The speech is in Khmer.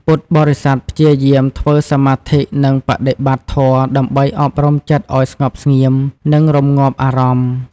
ពុទ្ធបរិស័ទព្យាយាមធ្វើសមាធិ និងបដិបត្តិធម៌ ដើម្បីអប់រំចិត្តឱ្យស្ងប់ស្ងៀម និងរម្ងាប់អារម្មណ៍។